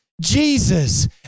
Jesus